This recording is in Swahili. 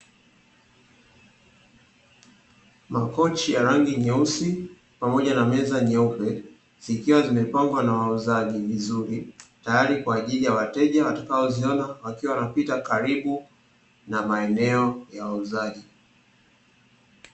Makochi ya rangi nyeusi pamoja na meza nyeupe, zikiwa zimepangwa na wauzaji vizuri tayari kwa ajili ya wateja watakao ziona watakao kuwa wanapita karibu na maeneo ya wauzaji.